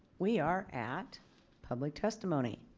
we are at public testimony.